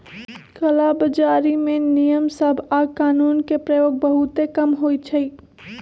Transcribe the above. कला बजारी में नियम सभ आऽ कानून के प्रयोग बहुते कम होइ छइ